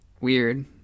weird